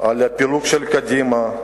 על הפילוג של קדימה,